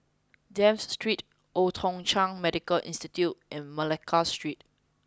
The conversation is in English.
Dafne Street Old Thong Chai Medical Institute and Malacca Street